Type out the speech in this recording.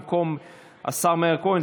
במקום השר מאיר כהן,